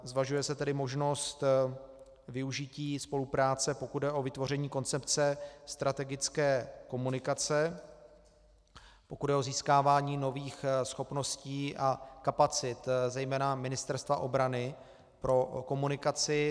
Zvažuje se tedy možnost využití spolupráce, pokud jde o vytvoření koncepce strategické komunikace, pokud jde o získávání nových schopností a kapacit zejména Ministerstva obrany pro komunikaci.